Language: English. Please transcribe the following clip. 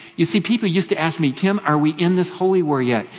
you see, people used to ask me, tim, are we in this holy war yet?